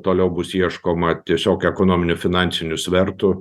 toliau bus ieškoma tiesiog ekonominių finansinių svertų